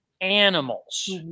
animals